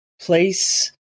place